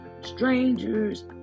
Strangers